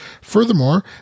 Furthermore